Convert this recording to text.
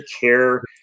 care